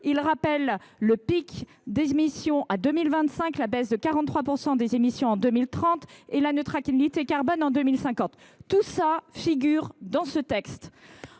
objectifs : pic des émissions en 2025, baisse de 43 % des émissions en 2030 et neutralité carbone en 2050. Tout cela figure dans ce texte.